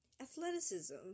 athleticism